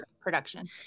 production